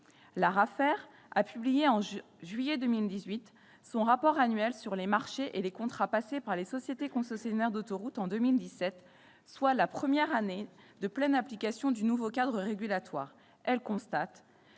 L'Arafer a publié en juillet 2018 son rapport annuel sur les marchés et les contrats passés par les sociétés concessionnaires d'autoroutes en 2017, soit la première année de pleine d'application du nouveau cadre régulatoire. Elle constate